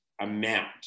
amount